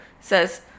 says